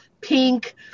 pink